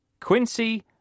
Quincy